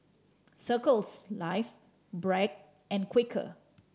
Circles Life Bragg and Quaker